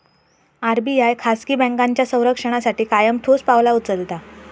RBI खाजगी बँकांच्या संरक्षणासाठी कायम ठोस पावला उचलता